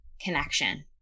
connection